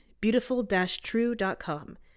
beautiful-true.com